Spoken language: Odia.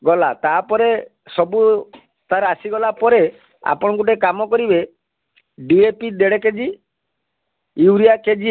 ଗଲା ତାପରେ ସବୁ ତା' ର ଆସିଗଲା ପରେ ଆପଣଙ୍କୁ ଗୋଟେ କାମ କରିବେ ଡିଏପି ଦେଢ଼ କେଜି ୟୁରିଆ କେଜିଏ